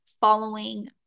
following